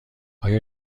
آیا